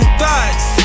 thoughts